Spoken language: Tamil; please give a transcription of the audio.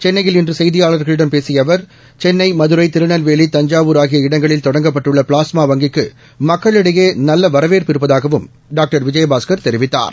சென்னையில் இன்று செய்தியாளர்களிடம் பேசிய அவர் சென்னை மதுரை திருநெல்வேலி தஞ்சாவூர் ஆகிய இடங்களில் தொடங்கப்பட்டுள்ள பிளாஸ்மா வங்கிக்கு மக்களிடையே நல்ல வரவேற்பு இருப்பதாகவும் டாக்டர் விஜயபாஸ்கர் தெரிவித்தார்